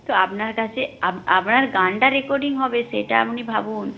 তো আপনার কাছে আপনার গানটা রেকর্ডিং হবে সেটা আপনি ভাবুন